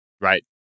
Right